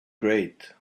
great